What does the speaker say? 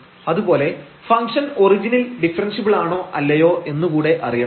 അതുപോലെ ഫംഗ്ഷൻ ഒറിജിനിൽ ഡിഫറെൻഷ്യബിൾ ആണോ അല്ലയോ എന്നു കൂടെ അറിയണം